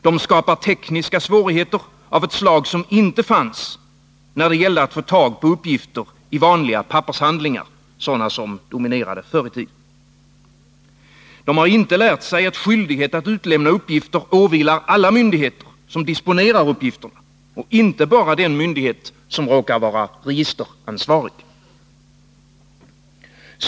De skapar tekniska svårigheter av ett slag som inte fanns när det gällde att få tag på uppgifter i vanliga pappershandlingar, sådana som dominerade förr i tiden. De har inte lärt sig att skyldighet att utlämna uppgifter åvilar alla myndigheter som disponerar uppgifterna, inte bara den myndighet som råkar vara registeransvarig.